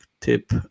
tip